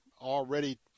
already